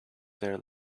their